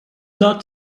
not